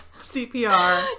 CPR